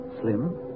Slim